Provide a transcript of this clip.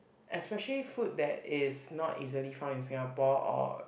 especially food that is not easily found in Singapore or